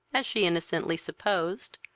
as she innocently supposed,